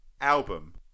album